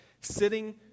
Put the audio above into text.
sitting